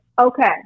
Okay